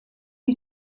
you